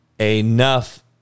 enough